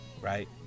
Right